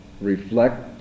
reflect